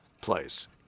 place